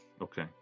Okay